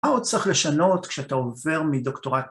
‫מה עוד צריך לשנות ‫כשאתה עובר מדוקטורט?